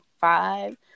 five